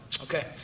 Okay